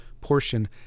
portion